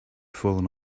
fallen